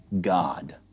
God